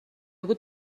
بود